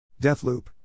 Deathloop